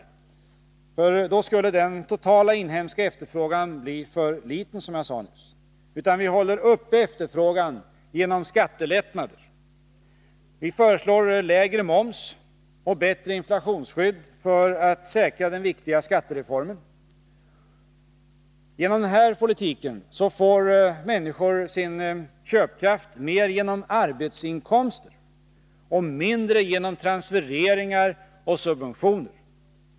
Med enbart sådana skulle den totala inhemska efterfrågan bli för liten, som jag sade nyss. Vi håller uppe efterfrågan genom skattelättnader. Vi föreslår lägre moms och bättre inflationsskydd för att säkra den viktiga skattereformen. Genom en sådan politik får människor sin köpkraft mer genom arbetsinkomster och mindre genom transfereringar och subventioner.